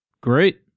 Great